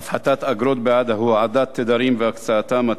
(הפחתת אגרות בעד הועדת תדרים והקצאתם),